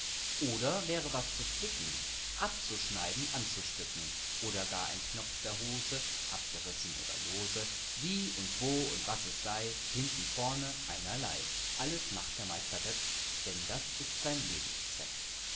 oder wäre was zu flicken abzuschneiden anzustücken oder gar ein knopf der hose abgerissen oder lose wie und wo und wann es sei hinten vorne einerlei alles macht der meister böck denn das ist sein lebenszweck